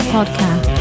Podcast